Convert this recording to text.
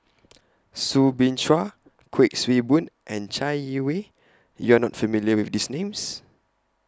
Soo Bin Chua Kuik Swee Boon and Chai Yee Wei YOU Are not familiar with These Names